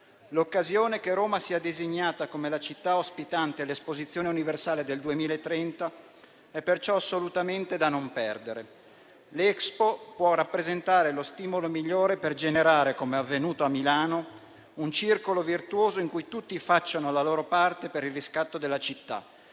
L'occasione che Roma sia designata come la città ospitante l'Esposizione universale del 2030 è perciò assolutamente da non perdere. L'Expo può rappresentare lo stimolo migliore per generare - come è avvenuto a Milano - un circolo virtuoso in cui tutti facciano la loro parte per il riscatto della città: